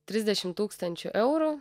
trisdešimt tūkstančių eurų